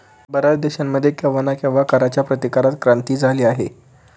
बर्याच देशांमध्ये केव्हा ना केव्हा कराच्या प्रतिकारात क्रांती झाली आहे